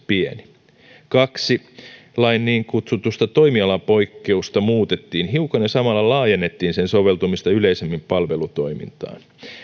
pieni kaksi lain niin kutsuttua toimialapoikkeusta muutettiin hiukan ja samalla laajennettiin sen soveltumista yleisemmin palvelutoimintaan